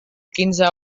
quinze